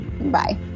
Bye